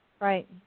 Right